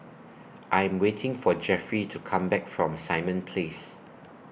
I'm waiting For Jeffry to Come Back from Simon Place